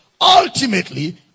ultimately